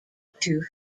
two